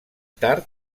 tard